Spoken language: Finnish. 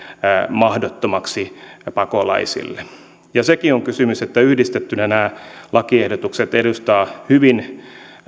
mahdottomaksi pakolaisille ja on sekin kysymys että yhdistettynä nämä lakiehdotukset edustavat hyvin